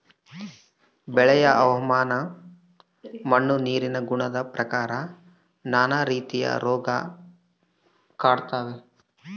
ಬೆಳೆಯ ಹವಾಮಾನ ಮಣ್ಣು ನೀರಿನ ಗುಣದ ಪ್ರಕಾರ ನಾನಾ ರೀತಿಯ ರೋಗ ಕಾಡ್ತಾವೆ